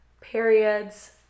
periods